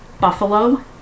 buffalo